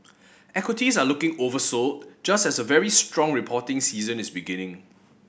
equities are looking oversold just as a very strong reporting season is beginning